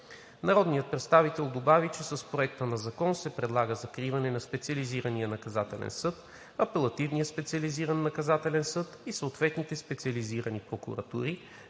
Народният представител добави, че с Проекта на закон се предлага закриване на Специализирания наказателен съд, Апелативния специализиран наказателен съд и съответните специализирани прокуратури,